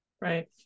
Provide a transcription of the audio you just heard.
Right